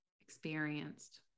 experienced